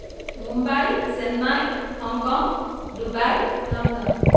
Mumbai Chennai Hong Kong Dubai London